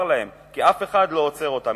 כי אף אחד לא עוצר אותם.